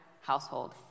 household